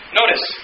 notice